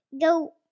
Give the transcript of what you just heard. go